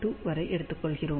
2 வரை எடுத்துக்கொள்கிறோம்